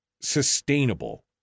sustainable